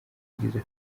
igize